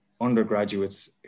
undergraduates